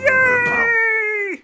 Yay